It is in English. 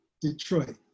Detroit